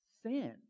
Sin